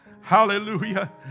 Hallelujah